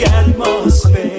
atmosphere